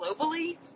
globally